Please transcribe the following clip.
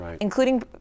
including